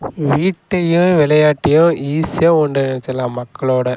வீட்டையும் விளையாட்டையும் ஈஸியாக ஒன்றிணைச்சிடலாம் மக்களோட